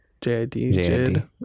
J-I-D-Jid